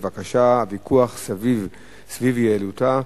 בבקשה: הוויכוח סביב יעילותה,